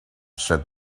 said